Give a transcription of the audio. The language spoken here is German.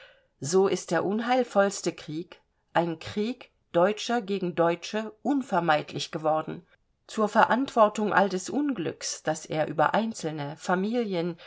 so ist der unheilvollste krieg ein krieg deutscher gegen deutsche unvermeidlich geworden zur verantwortung all des unglücks das er über einzelne familien